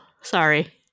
sorry